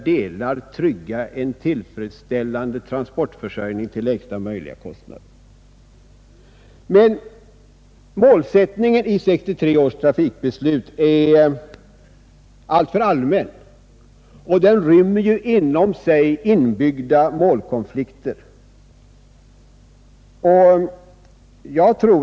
Målsättningen i 1963 års trafikbeslut är emellertid alltför allmän och inrymmer en del mot varandra stridande syften.